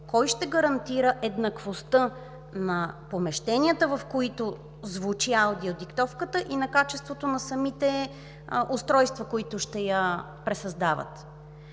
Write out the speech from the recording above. Кой ще гарантира еднаквостта на помещенията, в които звучи аудиодиктовката и качеството на самите устройства, които ще я пресъздават?